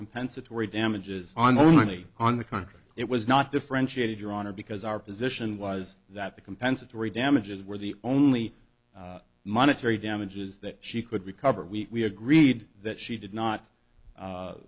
compensatory damages on the money on the country it was not differentiated your honor because our position was that the compensatory damages were the only monetary damages that she could recover we agreed that she did not